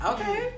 Okay